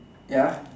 ya